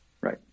Right